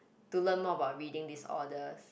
to learn more about reading disorders